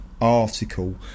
article